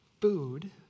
food